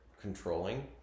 controlling